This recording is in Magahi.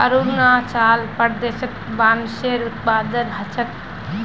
अरुणाचल प्रदेशत बांसेर उत्पादन ह छेक